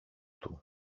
του